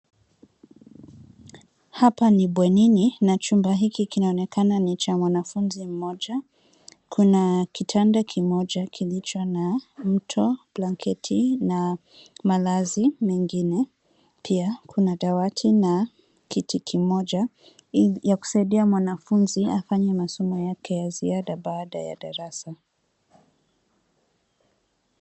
Hapa ni bwenini na chumba hiki kinaonekana ni cha mwanafunzi mmoja. Kuna kitanda kimoja kilicho na mto, blanketi na malazi mengine. pia kuna dawati na kiti kimoja ya kusaidia mwanafunzi afanye masomo yake ya ziada baada ya darasa.